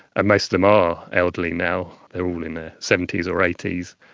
and most of them are elderly now, they are all in their seventy s or eighty s.